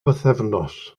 bythefnos